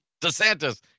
DeSantis